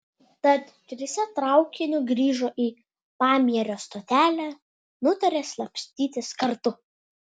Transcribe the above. tad trise traukiniu grįžo į pamierio stotelę nutarė slapstytis kartu